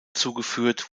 zugeführt